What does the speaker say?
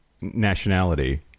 nationality